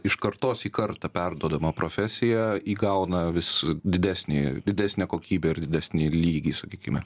iš kartos į kartą perduodama profesija įgauna vis didesnį didesnę kokybę ir didesnį lygį sakykime